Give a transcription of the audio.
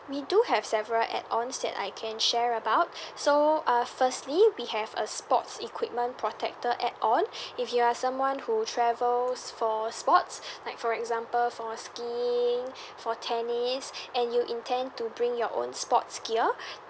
we do have several add ons that I can share about so uh firstly we have a sports equipment protector add on if you're someone who travels for sports like for example for skiing for tennis and you intend to bring your own sports gear